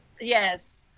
Yes